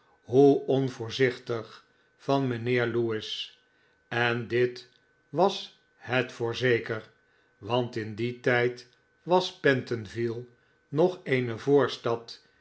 hoe onvoorzichtig van mijnheer lewis en dit was het voorzeker want in dien tijd was pentonville nog eene voorstad